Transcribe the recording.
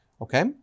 Okay